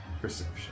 Perception